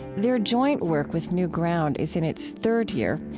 their joint work with newground is in its third year.